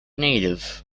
native